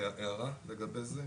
הערה לגבי זה.